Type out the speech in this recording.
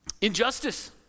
injustice